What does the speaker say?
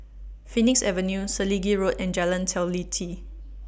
Phoenix Avenue Selegie Road and Jalan Teliti